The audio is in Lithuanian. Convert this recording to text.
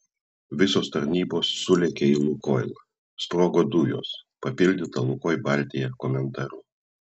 visos tarnybos sulėkė į lukoil sprogo dujos papildyta lukoil baltija komentaru